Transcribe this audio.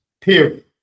period